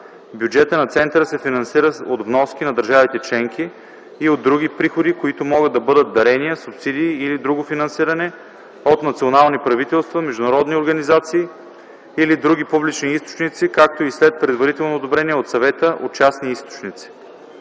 Бюджетът на Центъра се финансира от вноски на държавите членки и от други приходи, които могат да бъдат дарения, субсидии или друго финансиране от национални правителства, международни организации или други публични източници, както и след предварително одобрение от Съвета – от частни източници.